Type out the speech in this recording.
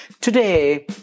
Today